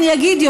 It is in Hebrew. אני אגיד,